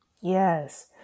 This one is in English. Yes